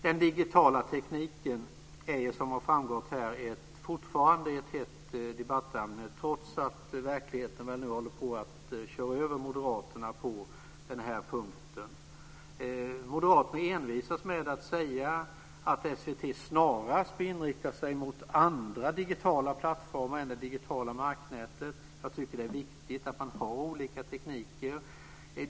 Den digitala tekniken är fortfarande ett hett debattämne, trots att verkligheten nu håller på att köra över moderaterna på den punkten. Moderaterna envisas med att säga att SVT snarast bör inrikta sig mot andra digitala plattformar än det digitala marknätet. Det är viktigt att ha olika tekniker.